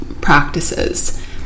practices